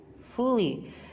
fully